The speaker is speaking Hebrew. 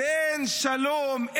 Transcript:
שאין שלום,